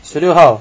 十六号